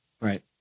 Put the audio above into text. Right